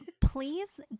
Please